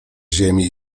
ziemi